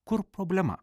kur problema